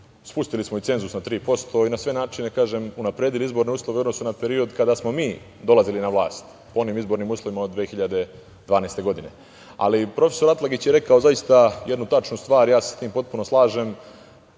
Spustili smo i cenzus na 3% i na sve načine, kažem, unapredili izborne uslove u odnosu na period kada smo mi dolazili na vlast po onim izbornim uslovima od 2012. godine. Profesor Atlagić je rekao zaista jednu tačnu stvar i ja se sa tim potpuno slažem.